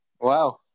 Wow